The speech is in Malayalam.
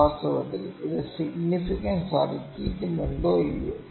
വാസ്തവത്തിൽ ഇത് സിഗ്നിഫിക്കൻസ് അർഹിക്കുന്നുണ്ടോ ഇല്ലയോ